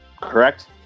Correct